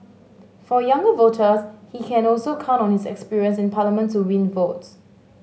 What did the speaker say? for younger voters he can also count on his experience in Parliament to win votes